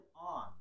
on